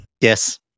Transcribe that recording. Yes